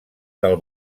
del